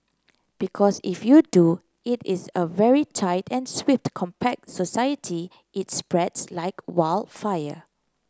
because if you do it is a very tight and swift compact society it spreads like wild fire